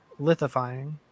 lithifying